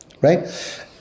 right